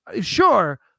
Sure